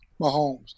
Mahomes